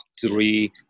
three